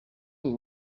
ubu